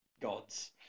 gods